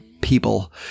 people